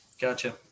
Gotcha